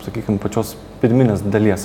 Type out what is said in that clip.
sakykim pačios pirminės dalies